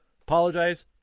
apologize